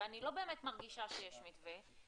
ואני לא באמת מרגישה שיש מתווה.